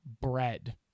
bread